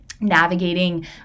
navigating